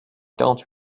quarante